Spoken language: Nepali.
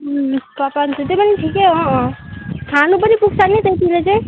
पा पाँच सौ त्यो पनि ठिकै हो अँ खानु पनि पुग्छ नि त्यतिले चाहिँ